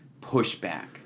pushback